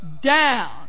down